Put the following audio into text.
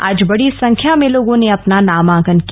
आज बडी संख्या में लोगों ने अपना नामांकन किया